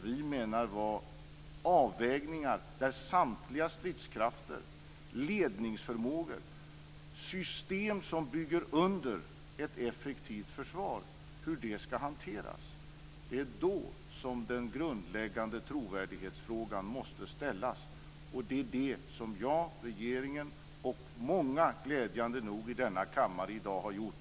Vi menar att det här handlar om avvägningar gällande samtliga stridskrafter, ledningsförmågor och system som bygger under hur ett effektivt försvar ska hanteras. Det är då den grundläggande trovärdighetsfrågan måste ställas. Det är det som jag, regeringen och, glädjande nog, många i denna kammare i dag har gjort.